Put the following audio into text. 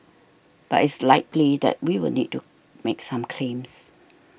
but it's likely that we will need to make some claims